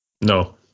No